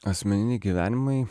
asmeniniai gyvenimai